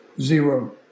Zero